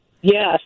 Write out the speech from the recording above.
Yes